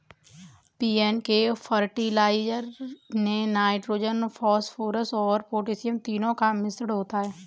NPK fertiliser में nitrogen, phosphorus और potassium तीनों का मिश्रण होता है